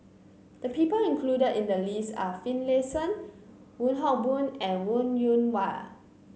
the people included in the list are Finlayson Wong Hock Boon and Wong Yoon Wah